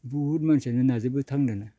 बुहुद मानसियानो नाजोबो थाङो दाना